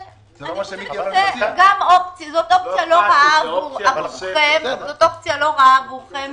זו אופציה לא רעה עבורכם,